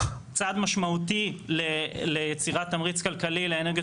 צעד משמעותי ליצירת תמריץ כלכלי לאנרגיות